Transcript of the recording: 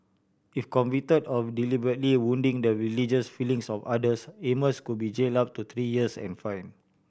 if convicted of deliberately wounding the religious feelings of others Amos could be jailed up to three years and fined